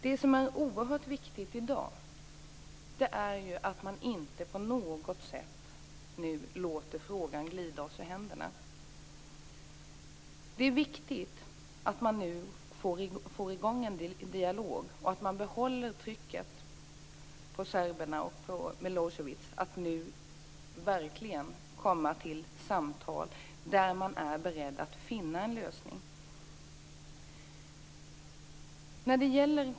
Det som i dag är väldigt viktigt är att vi nu inte på något sätt låter frågan glida oss ur händerna. Det är väsentligt att man nu får i gång en dialog och att man behåller trycket på serberna och Milosevic att nu verkligen komma till samtal där de är beredda att finna en lösning.